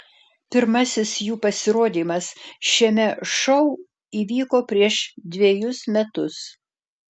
pirmasis jų pasirodymas šiame šou įvyko prieš dvejus metus